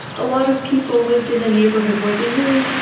a lot of people lived in a neighborhood where they knew